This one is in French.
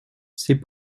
c’est